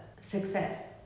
success